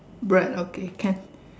bread okay can